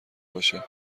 باشه